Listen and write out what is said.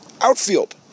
outfield